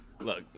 look